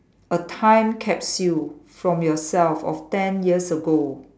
a time capsule from yourself of ten years ago